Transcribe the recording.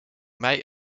mij